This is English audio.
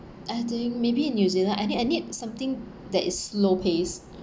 I think maybe new zealand I need I need something that is slow pace